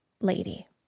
lady